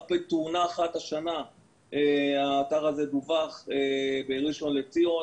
רק בתאונה אחת השנה האתר הזה דווח בראשון לציון,